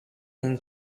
been